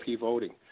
voting